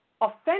Offensive